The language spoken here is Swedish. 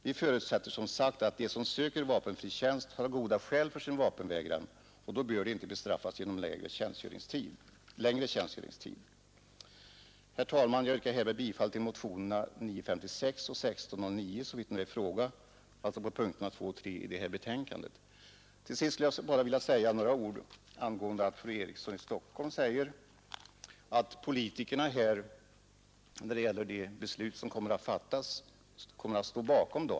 Vi förutsätter, som sagt, att de som söker vapenfri tjänst har goda skäl för sin vapenvägran, och då bör de inte bestraffas genom längre tjänstgöringstid. Herr talman! Jag yrkar härmed bifall till motionen 1609, såvitt gäller punkterna 2 och 3 i betänkandet. Till sist vill jag säga några ord med anledning av vad fru Eriksson i Stockholm yttrade om att politikerna står bakom det beslut som kommer att fattas.